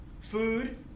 food